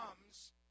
comes